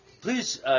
Please